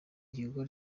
igikorwa